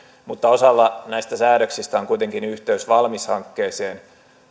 mutta osalla näistä säädöksistä on kuitenkin yhteys valmis hankkeeseen